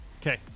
Okay